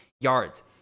yards